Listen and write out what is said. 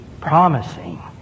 promising